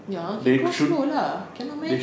ya go slow lah cannot meh